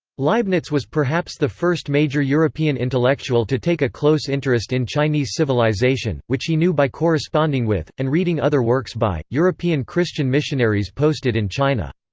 leibniz was perhaps the first major european intellectual to take a close interest in chinese civilization, which he knew by corresponding with, and reading other works by, european christian missionaries posted in china.